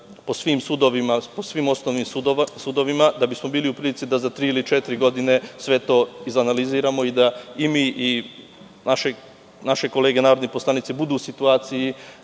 po svim osnovnim sudovima, da bismo bili u prilici da za tri ili četiri godine sve to izanaliziramo i da i mi naše kolege narodni poslanici budu u situaciji